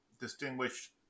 distinguish